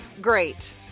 great